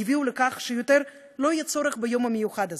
יביאו לכך שלא יהיה צורך עוד ביום המיוחד הזה,